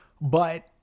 But-